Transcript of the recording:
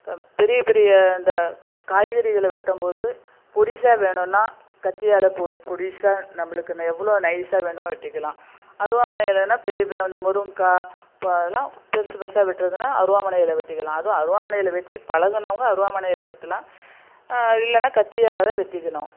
த பெரிய பெரிய இந்த காய்கறிகளை வெட்டும்போது பொடிசாக வேணுன்னா கத்தியால் பொடிசாக நம்பளுக்கு எவ்வளோ நைஸாக வேணுமோ வெட்டிக்கலாம் அருவாமனைலன்னா வேணுன்னா பெரிய பெரிய இந்த முருங்காய் இப்போ அதெலாம் பெருசு பெருசாக வெட்டுறதுன்னா அருவாமனையில் வெட்டிக்கலாம் அதுவும் அருவாமனையில் வெட்டி பழகுனவங்க அருவாமனையில் வெட்டலாம் இல்லைனா கத்தியால தான் வெட்டிக்கணும்